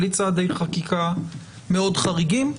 בלי צעדי חקיקה מאוד חריגים.